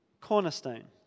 cornerstone